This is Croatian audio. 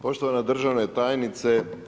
Poštovana državne tajnice.